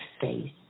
face